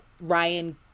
Ryan